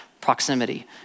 proximity